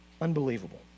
Unbelievable